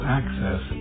access